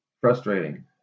Frustrating